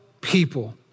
people